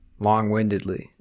long-windedly